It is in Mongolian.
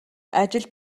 ажил